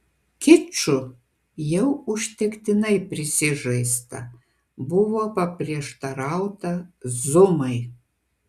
kiču jau užtektinai prisižaista buvo paprieštarauta zumai